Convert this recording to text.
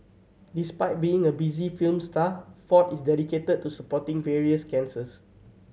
despite being a busy film star Ford is dedicated to supporting various cancers